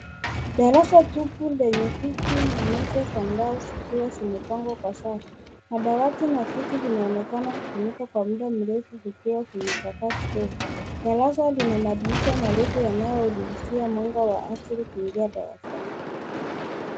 Darasa tupu lenye viti na meza za mbao zikiwa zimepangwa kwa safu. Madawati na viti vinaonekana kutumika kwa muda mrefu vikiwa vimechakaa kidogo. Darasa lina madirisha marefu yanayoruhusia mwanga wa asili kuingia ndani.